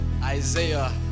Isaiah